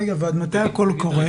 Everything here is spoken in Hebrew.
רגע, ועד מתי הקול קורא?